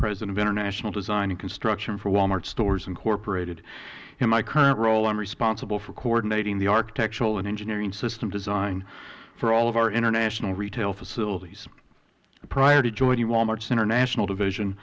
president of international design and construction for wal mart stores incorporated in my current role i am responsible for coordinating the architectural and engineering system design for all of our international retail facilities prior to joining wal mart's international division